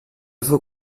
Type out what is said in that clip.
faut